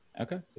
okay